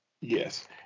Yes